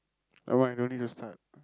nevermind don't need to start